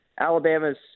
Alabama's